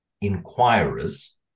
inquirers